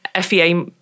FEA